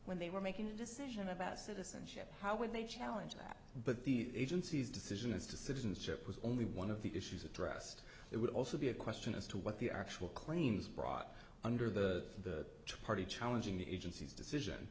when they were making a decision about citizenship how would they challenge that but the agency's decision as to citizenship was only one of the issues addressed it would also be a question as to what the actual claims brought under the party challenging the agency's decision